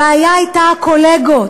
הבעיה הייתה הקולגות,